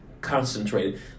concentrated